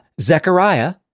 Zechariah